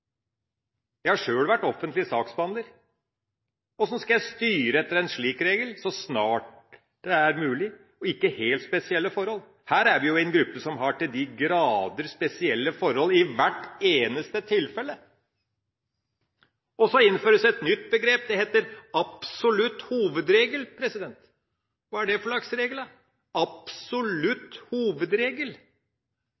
Jeg har sjøl vært offentlig saksbehandler. Hvordan skal jeg styre etter en slik regel – så snart det er mulig og ikke helt spesielle forhold? Her snakker vi jo om en gruppe som har til de grader spesielle forhold, i hvert eneste tilfelle! Og så innføres det et nytt begrep: Det heter at det skal være en «absolutt hovedregel» – hva er det for